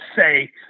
say